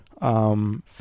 um-